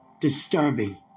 disturbing